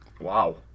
Wow